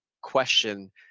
question